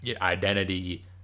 identity